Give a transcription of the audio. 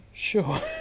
Sure